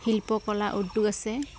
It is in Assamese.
শিল্পকলা উদ্যোগ আছে